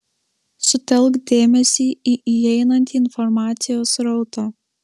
sutelk dėmesį į įeinantį informacijos srautą